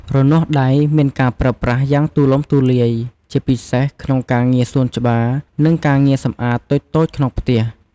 រនាស់ដៃមានការប្រើប្រាស់យ៉ាងទូលំទូលាយ ជាពិសេសក្នុងការងារសួនច្បារ និងការងារសម្អាតតូចៗក្នុងផ្ទះ។